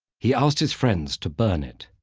he asked his friends to burn it,